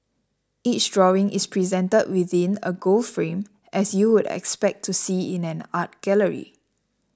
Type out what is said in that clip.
each drawing is presented within a gold frame as you would expect to see in an art gallery